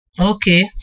Okay